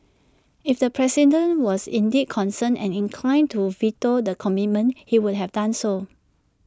if the president was indeed concerned and inclined to veto the commitment he would have done so